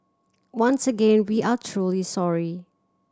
once again we are truly sorry